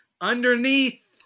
underneath